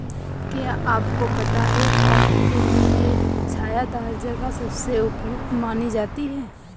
क्या आपको पता है कॉफ़ी के लिए छायादार जगह सबसे उपयुक्त मानी जाती है?